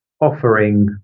offering